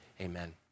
amen